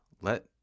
Let